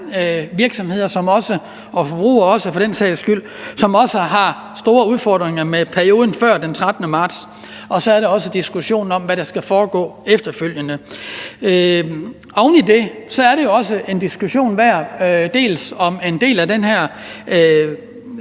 virksomheder og for den sags skyld også forbrugere, som har haft store udfordringer med perioden før den 13. marts, og så handler det også om diskussionen om, hvad der skal foregå efterfølgende. Oven i det er det jo også en diskussion værd, om en del af det her